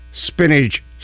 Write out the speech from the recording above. spinach